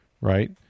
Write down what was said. right